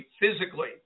physically